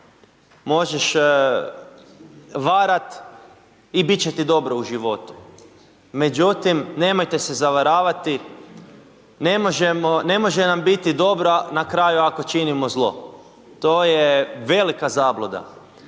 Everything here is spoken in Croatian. možeš varat i bit će ti dobro u životu, međutim nemojte se zavaravati ne možemo, ne može nam biti dobro na kraju ako činimo zlo. To je velika zabluda